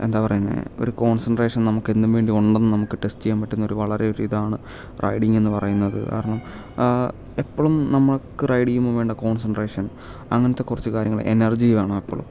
എന്താണ് പറയുന്നത് ഒരു കോൺസൻട്രേഷൻ നമുക്ക് എന്തും വേണ്ടി ഉണ്ടെന്ന് നമുക്ക് ടെസ്റ്റ് ചെയ്യാൻ പറ്റുന്ന ഒരു വളരെ ഒരു ഇതാണ് റൈഡിങ്ങ് എന്ന് പറയുന്നത് കാരണം എപ്പോളും നമുക്ക് റൈഡ് ചെയ്യുമ്പോൾ വേണ്ട കോൺസൻട്രേഷൻ അങ്ങനത്തെ കുറച്ച് കാര്യങ്ങൾ എനർജി വേണം എപ്പോളും